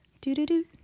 Do-do-do